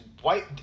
white